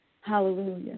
Hallelujah